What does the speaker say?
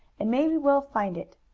and maybe we'll find it.